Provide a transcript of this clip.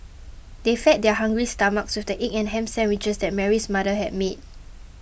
they fed their hungry stomachs with the egg and ham sandwiches that Mary's mother had made